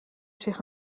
zich